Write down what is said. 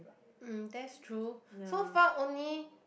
um that's true so far only